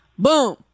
boom